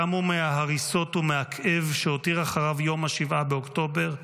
קמו מההריסות ומהכאב שהותיר אחריו יום 7 באוקטובר ונלחמו,